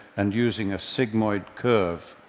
and using a sigmoid curve,